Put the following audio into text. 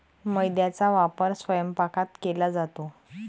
मैद्याचा वापर स्वयंपाकात केला जातो